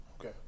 Okay